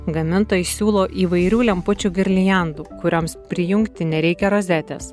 gamintojai siūlo įvairių lempučių girliandų kurioms prijungti nereikia rozetės